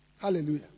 Hallelujah